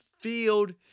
field